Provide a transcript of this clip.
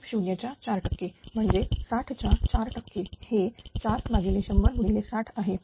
f0 च्या 4 टक्के म्हणजे 60 च्या 4 टक्के हे 410060 आहे